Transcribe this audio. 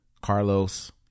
Carlos